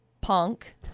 punk